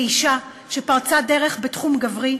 כאישה שפרצה דרך בתחום גברי,